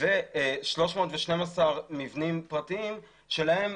ו-312 מבנים פרטיים שלהם,